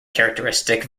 characteristic